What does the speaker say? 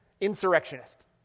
insurrectionist